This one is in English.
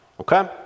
okay